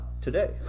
today